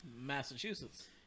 Massachusetts